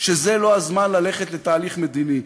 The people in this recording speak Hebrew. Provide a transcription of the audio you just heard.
שזה לא הזמן ללכת לתהליך מדיני.